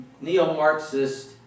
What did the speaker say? neo-Marxist